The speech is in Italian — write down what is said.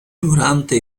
durante